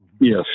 Yes